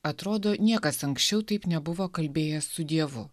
atrodo niekas anksčiau taip nebuvo kalbėjęs su dievu